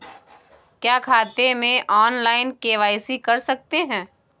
क्या खाते में ऑनलाइन के.वाई.सी कर सकते हैं?